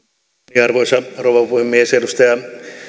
arvoisa rouva puhemies edustaja